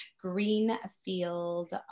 greenfield